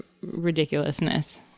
ridiculousness